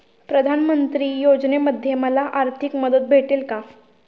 प्रधानमंत्री योजनेमध्ये मला आर्थिक मदत भेटेल का?